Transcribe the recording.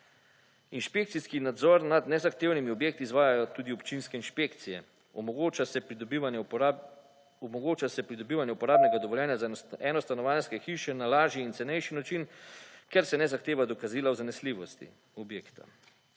Inšpekcijski nadzor nad nezahtevnimi objekti izvajajo tudi občinske inšpekcije, omogoča se pridobivanje uporabnega dovoljenja za enostanovanjske hiše na lažji in cenejši način, ker se ne zahteva dokazilo o zanesljivosti objekta.